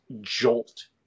jolt